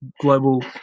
global